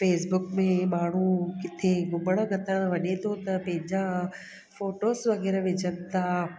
Facebook में माण्हू किते घुमणु कतण त वञे थो त पंहिंजा फोटोस वग़ैरह विझनि था